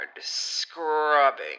scrubbing